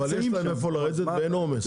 אבל יש להם איפה לרדת ואין עומס?